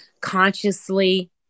consciously